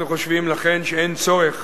אנחנו חושבים, לכן, שאין צורך